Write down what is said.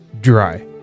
dry